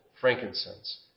frankincense